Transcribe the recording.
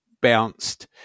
bounced